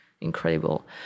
incredible